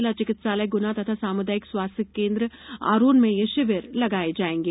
जिला चिकित्सालय गुना तथा सामुदायिक स्वास्थ्य केन्द्र आरोन में यह शिविर लगाए जाएंगे